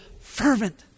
fervent